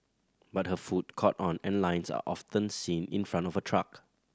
but her food caught on and lines are often seen in front of her truck